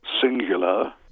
singular